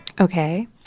Okay